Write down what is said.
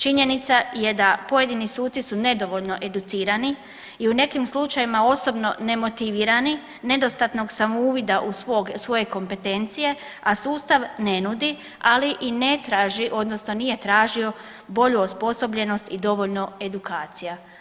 Činjenica je da pojedini suci su nedovoljno educirani i u nekim slučajevima osobno nemotivirani, nedostatnog samouvida u svog, svoje kompetencije, a sustav ne nudi ali i ne traži odnosno nije tražio bolju osposobljenost i dovoljno edukacija.